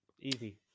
Easy